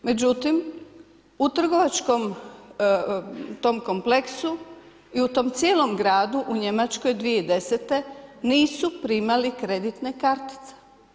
Međutim, u trgovačkom tom kompleksu i u tom cijelom gradu u Njemačkoj 2010. nisu primali kreditne kartice.